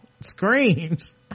screams